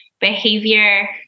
Behavior